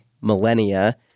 millennia